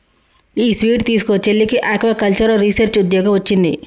ఈ స్వీట్ తీస్కో, చెల్లికి ఆక్వాకల్చర్లో రీసెర్చ్ ఉద్యోగం వొచ్చింది